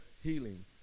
healing